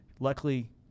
Luckily